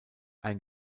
ein